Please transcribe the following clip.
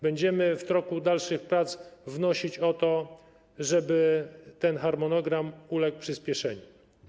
Będziemy w toku dalszych prac wnosić o to, żeby ten harmonogram uległ przyspieszeniu.